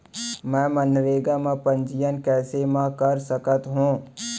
मैं मनरेगा म पंजीयन कैसे म कर सकत हो?